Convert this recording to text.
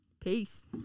peace